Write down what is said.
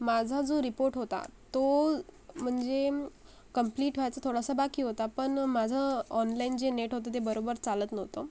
माझा जो रिपोर्ट होता तो म्हणजे कम्प्लीट व्हायचा थोडासा बाकी होता पण माझं ऑनलाईन जे नेट होतं ते बरोबर चालत नव्हतं